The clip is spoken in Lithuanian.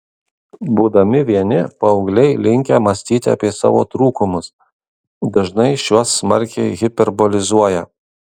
būdami vieni paaugliai linkę mąstyti apie savo trūkumus dažnai šiuos smarkiai hiperbolizuoja